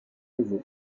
nouveau